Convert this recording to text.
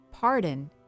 pardon